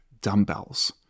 dumbbells